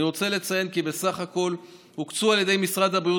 אני רוצה לציין כי בסך הכול הוקצו על ידי משרד הבריאות